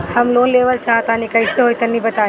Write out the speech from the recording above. हम लोन लेवल चाह तनि कइसे होई तानि बताईं?